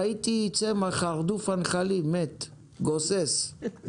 ראיתי שם את צמח הרדוף הנחלים גוסס, מת.